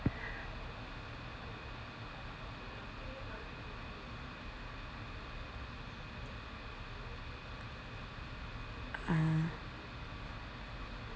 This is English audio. ah